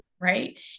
right